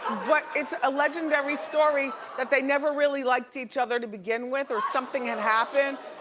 but it's a legendary story that they never really liked each other to begin with or something had happened.